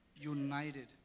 united